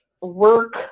work